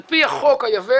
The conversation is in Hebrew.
על פי החוק היבש,